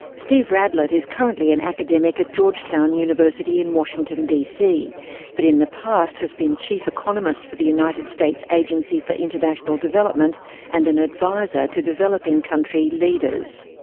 steve radelet is currently an academic at georgetown university in washington dc but in the past has been chief economist for the united states agency for international development and an adviser to developing country leaders.